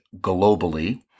globally